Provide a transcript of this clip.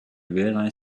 realize